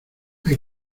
hay